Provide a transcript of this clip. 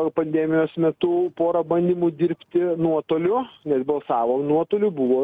pandemijos metu pora bandymų dirbti nuotoliu mes balsavom nuotoliu buvo